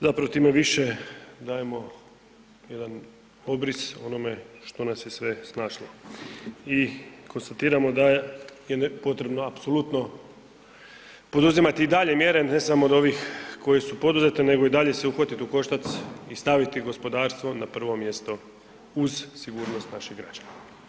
Zapravo time više dajemo jedan obris onome što nas je sve snašlo i konstatiramo da je potrebno apsolutno poduzimati i dalje mjere ne samo od ovih koje su poduzete nego i dalje se uhvatit u koštac i staviti gospodarstvo na prvo mjesto uz sigurnost naših građana.